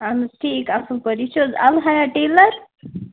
اہن حظ ٹھیٖک اصٕل پٲٹھۍ یہِ چھا حظ الحیاط ٹیلر